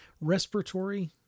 respiratory